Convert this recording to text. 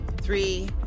Three